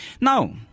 Now